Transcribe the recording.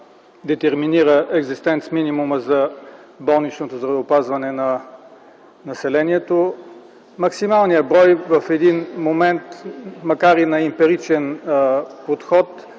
детерминира екзистенц-минимума за болничното здравеопазване на населението. Максималният брой в един момент, макар и на емпиричен подход,